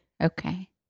Okay